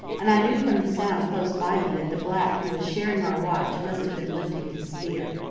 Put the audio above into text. and i knew from the sound close by me that the black who was sharing our watch must have been lifting his spear.